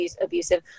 abusive